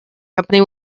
company